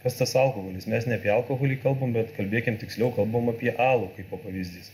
kas tas alkoholis mes ne apie alkoholį kalbam bet kalbėkime tiksliau kalbam apie alų kaipo pavyzdys